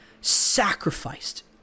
sacrificed